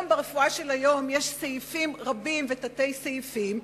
ברפואה של היום יש סעיפים רבים ותת-סעיפים,